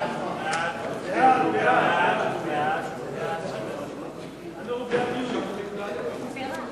ההצעה להעביר את הצעת חוק אגרה בעבור רשות השידור (הקפאת ההפחתה באגרה)